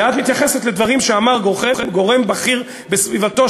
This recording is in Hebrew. ואת מתייחסת לדברים שאמר גורם בכיר בסביבתו,